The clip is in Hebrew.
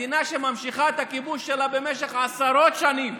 מדינה שממשיכה את הכיבוש שלה על עם אחר במשך עשרות שנים,